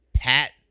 Pat